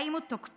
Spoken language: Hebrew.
האם הוא תוקפן?